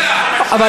הוא שואל אותי.